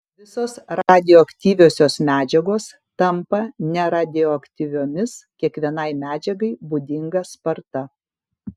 visos radioaktyviosios medžiagos tampa neradioaktyviomis kiekvienai medžiagai būdinga sparta